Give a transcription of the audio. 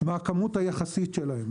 מהכמות היחסית שלהם.